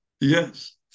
Yes